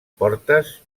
portes